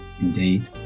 Indeed